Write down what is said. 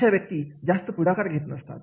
अशा व्यक्ती जास्त पुढाकार घेत नसतात